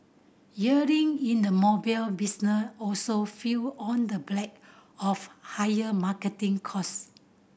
earning in the mobile also fell on the black of higher marketing cost